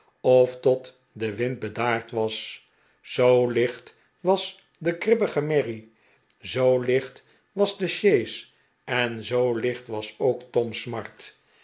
of tot de wind bedaard was zoo licht was de kribbige merrie zoo licht was de sjees en zoo licht was ook tom smart